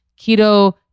keto